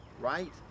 right